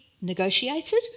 negotiated